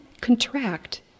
contract